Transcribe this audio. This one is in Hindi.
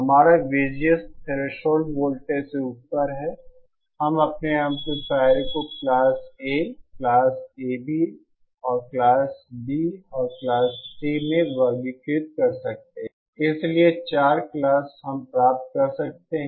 हमारा VGS थ्रेसोल्ड वोल्टेज से ऊपर है हम अपने एम्पलीफायरों को क्लास A क्लास AB और क्लास B और क्लास C में वर्गीकृत कर सकते हैं इसलिए 4 क्लास हम प्राप्त कर सकते हैं